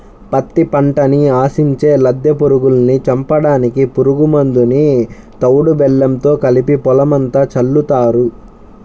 పత్తి పంటని ఆశించే లద్దె పురుగుల్ని చంపడానికి పురుగు మందుని తవుడు బెల్లంతో కలిపి పొలమంతా చల్లుతారు